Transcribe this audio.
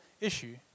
issue